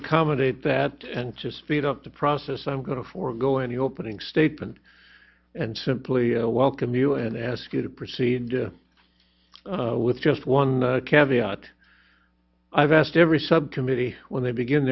accommodate that and to speed up the process i'm going to forgo any opening statement and simply a welcome you and ask you to proceed with just one caveat i've asked every subcommittee when they begin